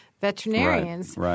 veterinarians